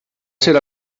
ser